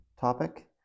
topic